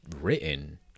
written